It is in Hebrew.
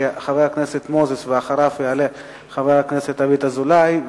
שלאחר חבר הכנסת מוזס יעלה חבר הכנסת דוד אזולאי,